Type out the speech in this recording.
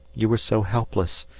you were so helpless,